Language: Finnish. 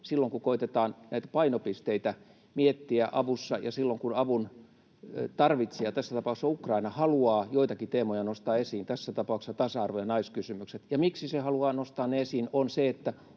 silloin kun koetetaan näitä painopisteitä miettiä avussa ja silloin kun avun tarvitsija, tässä tapauksessa Ukraina, haluaa joitakin teemoja nostaa esiin, tässä tapauksessa tasa-arvo- ja naiskysymykset. Se, miksi se haluaa nostaa ne esiin, on se,